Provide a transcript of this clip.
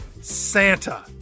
santa